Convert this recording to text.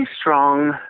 strong